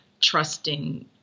trusting